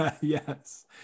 Yes